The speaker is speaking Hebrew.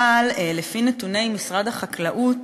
אבל לפי נתוני משרד החקלאות